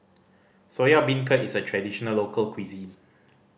Soya Beancurd is a traditional local cuisine